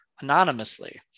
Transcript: anonymously